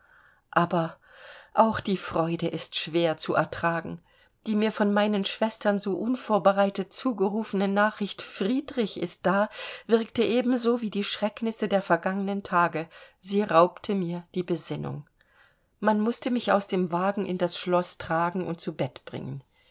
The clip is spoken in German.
aber auch die freude ist schwer zu ertragen die mir von meinen schwestern so unvorbereitet zugerufene nachricht friedrich ist da wirkte ebenso wie die schrecknisse der vergangenen tage sie raubte mir die besinnung man mußte mich aus dem wagen in das schloß tragen und zu bett bringen